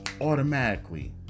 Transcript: automatically